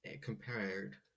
compared